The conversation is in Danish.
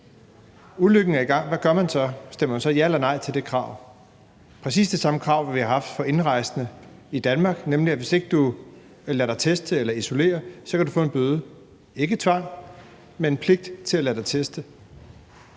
Ulykken er i gang – hvad gør man så? Stemmer man så ja eller nej til det krav? Det er præcis det samme krav, som vi har haft for indrejsende i Danmark, nemlig at hvis ikke du lader dig teste eller isolere, kan du få en bøde – det er ikke tvang, men en pligt til at lade dig teste.